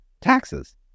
taxes